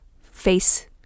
face